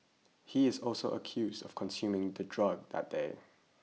he is also accused of consuming the drug that day